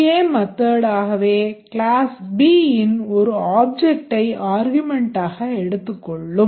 Method ஆகவே class B இன் ஒரு objectடை argumentடாக எடுத்துக் கொள்ளும்